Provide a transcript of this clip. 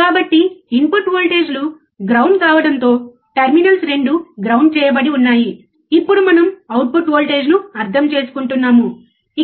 కాబట్టి ఇన్పుట్ వోల్టేజీలు గ్రౌండ్ కావడంతో టెర్మినల్స్ రెండూ గ్రౌండ్ చేయబడి ఉన్నాయి ఇప్పుడు మనం అవుట్పుట్ వోల్టేజ్ ను అర్థం చేసుకుంటున్నాము